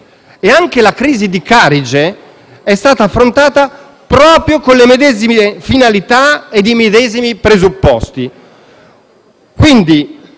e anche la crisi di Carige è stata affrontata proprio con le medesime finalità e i medesimi presupposti.